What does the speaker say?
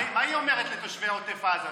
מה היא אומרת לתושבי עוטף עזה,